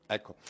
Ecco